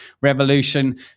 revolution